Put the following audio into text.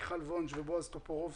מיכל קוטלר וונש ובועז טופורובסקי,